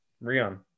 rion